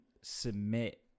submit